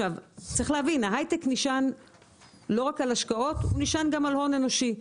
צריך להבין שההיי-טק נשען לא רק על השקעות אלא גם על הון אנושי.